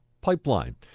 pipeline